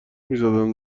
میزدن